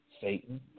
Satan